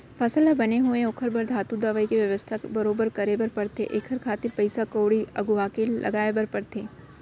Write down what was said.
फसल ह बने होवय ओखर बर धातु, दवई के बेवस्था बरोबर करे बर परथे एखर खातिर पइसा कउड़ी अघुवाके लगाय बर परथे